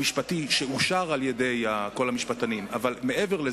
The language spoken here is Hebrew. המשפטי, שאושר על-ידי כל המשפטנים, אני חושב,